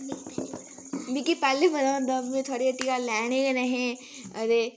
मिकी पैह्लें पता होंदा में थुआढ़ी हट्टिया लैने गै नेहे अदे